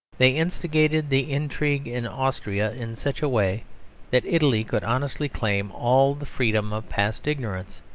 they instigated the intrigue in austria in such a way that italy could honestly claim all the freedom of past ignorance,